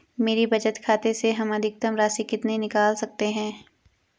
मेरे बचत खाते से हम अधिकतम राशि कितनी निकाल सकते हैं?